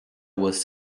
was